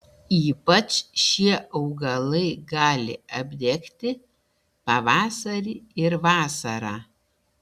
ypač šie augalai gali apdegti pavasarį ir vasarą